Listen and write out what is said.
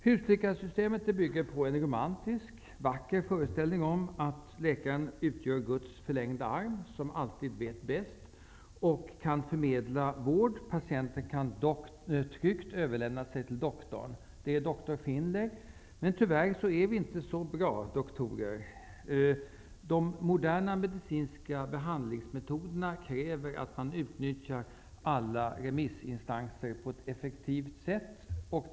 Husläkarsystemet bygger på en romantisk, vacker föreställning om att läkaren utgör Guds förlängda arm, som alltid vet bäst och som kan förmedla vård. Patienten kan tryggt överlämna sig till doktorn. Man föreställer sig en doktor Finley. Men tyvärr är vi inte så bra doktorer. De moderna medicinska behandlingsmetoderna kräver att man utnyttjar alla remissinstanser på ett effektivt sätt.